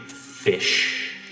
fish